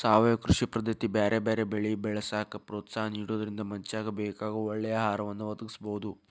ಸಾವಯವ ಕೃಷಿ ಪದ್ದತಿ ಬ್ಯಾರ್ಬ್ಯಾರೇ ಬೆಳಿ ಬೆಳ್ಯಾಕ ಪ್ರೋತ್ಸಾಹ ನಿಡೋದ್ರಿಂದ ಮನಶ್ಯಾಗ ಬೇಕಾಗೋ ಒಳ್ಳೆ ಆಹಾರವನ್ನ ಒದಗಸಬೋದು